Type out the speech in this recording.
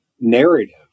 narrative